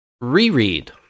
Reread